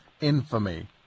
infamy